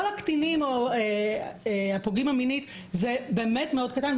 כל הקטינים או הפוגעים מינית זה באמת מאוד קטן.